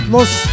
Los